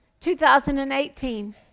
2018